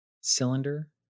cylinder